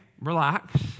relax